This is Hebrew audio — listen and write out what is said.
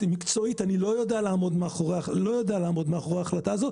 מקצועית אני לא יודע לעמוד מאחורי ההחלטה הזו,